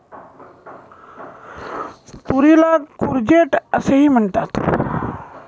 तुरीला कूर्जेट असेही म्हणतात